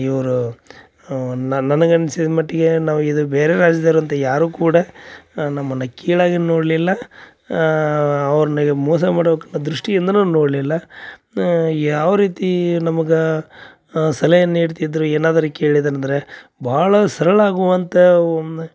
ಇವರು ನನಗೆ ಅನ್ಸಿದ ಮಟ್ಟಿಗೆ ನಾವು ಇದು ಬೇರೆ ರಾಜ್ಯದವರು ಅಂತ ಯಾರೂ ಕೂಡ ನಮ್ಮನ್ನು ಕೀಳಾಗಿ ನೋಡಲಿಲ್ಲ ಅವ್ರು ಮೋಸ ಮಾಡಬೇಕು ದೃಷ್ಟಿಯಿಂದನೂ ನೋಡಲಿಲ್ಲ ಯಾವ ರೀತಿ ನಮ್ಗೆ ಸಲಹೆ ನೀಡ್ತಿದ್ದರು ಏನಾದರೂ ಕೇಳಿದನಂದರೆ ಭಾಳ ಸರಳ ಆಗುವಂಥವನ್ನ